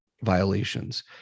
violations